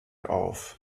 auf